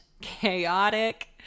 chaotic